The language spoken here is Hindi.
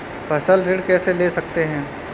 फसल ऋण कैसे ले सकते हैं?